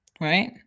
right